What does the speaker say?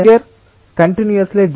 కాబట్టి ఇది మీరు చెప్పగలరు u Δu Δt